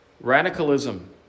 radicalism